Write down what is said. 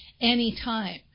anytime